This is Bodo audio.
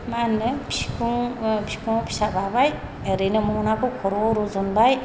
मा होनो बिखुंआव फिसा बाबाय ओरैनो म'नाखौ खर'आव रुजुनबाय